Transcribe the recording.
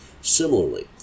Similarly